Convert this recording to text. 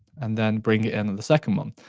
and then bring it in the second one.